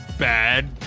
Bad